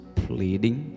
pleading